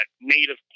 native